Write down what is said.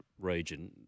region